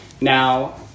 Now